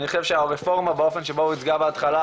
ואני חושב שהרפורמה באופן שבו הוצגה בהתחלה